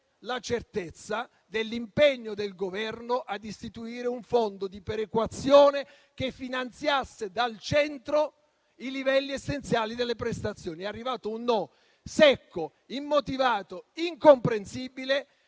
la certezza dell'impegno del Governo a istituire un fondo di perequazione che finanziasse dal centro i livelli essenziali delle prestazioni. È arrivato un no secco, immotivato e incomprensibile